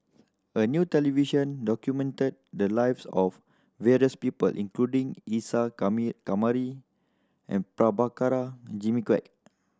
a new television documented the lives of various people including Isa Kamari and Prabhakara Jimmy Quek